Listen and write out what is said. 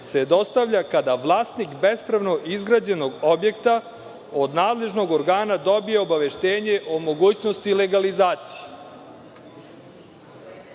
se dostavlja kada vlasnik bespravno izgrađenog objekta od nadležnog organa dobije obaveštenje o mogućnosti legalizacije. Dakle,